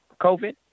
COVID